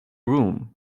room